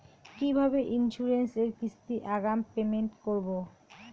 কিভাবে ইন্সুরেন্স এর কিস্তি আগাম পেমেন্ট করবো?